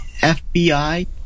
FBI